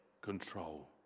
control